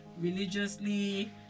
religiously